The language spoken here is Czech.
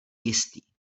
jistý